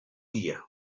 guia